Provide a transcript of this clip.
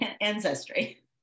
ancestry